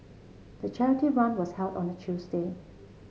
the charity run was held on a Tuesday